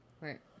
Right